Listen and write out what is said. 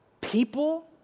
people